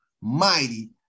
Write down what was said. mighty